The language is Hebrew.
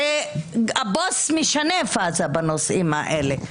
הרי הבוס משנה פאזה בנושאים האלה,